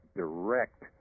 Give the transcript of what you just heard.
direct